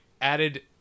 added